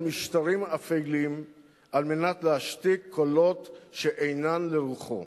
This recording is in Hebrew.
משטרים אפלים כדי להשתיק קולות שאינם לרוחו.